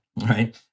Right